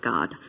God